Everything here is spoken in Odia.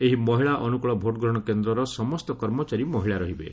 ଏହି ମହିଳା ଅନୁକୂଳ ଭୋଟଗ୍ରହଣ କେନ୍ଦ୍ରର ସମସ୍ତ କର୍ମଚାରୀ ମହିଳା ରହିବେ